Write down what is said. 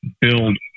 build